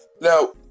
now